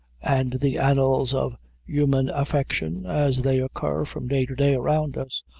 and the annals of human affection, as they occur from day to day around us,